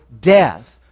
death